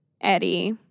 Eddie